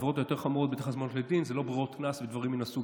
העבירות היותר-חמורות הן בדרך כלל הזמנות לדין,